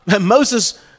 Moses